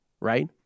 right